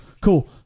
cool